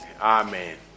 Amen